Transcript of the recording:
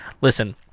listen